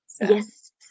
Yes